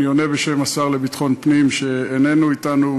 אני עונה בשם השר לביטחון פנים שאיננו אתנו,